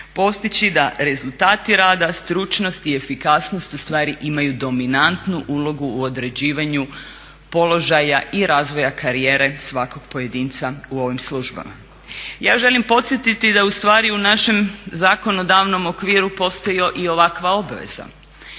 postići da rezultati rada, stručnost i efikasnost ustvari imaju dominantnu ulogu u određivanju položaja i razvoja karijere svakog pojedinca u ovim službama. Ja želim podsjetiti da ustvari u našem zakonodavnom okviru postoji i ovakva obveza.